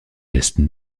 gestes